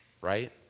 right